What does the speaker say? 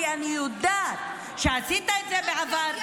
כי אני יודעת שעשית את זה בעבר,